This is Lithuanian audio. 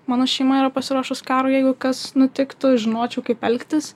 mano šeima yra pasiruošus karui jeigu kas nutiktų žinočiau kaip elgtis